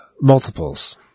multiples